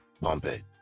Pompeii